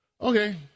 Okay